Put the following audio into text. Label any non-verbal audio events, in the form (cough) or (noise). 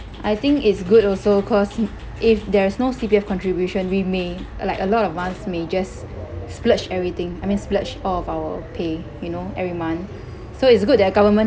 I think it's good also cause (noise) if there is no C_P_F contribution we may uh like a lot of us may just splurge everything I mean splurge all of our pay you know every month so it's good that the government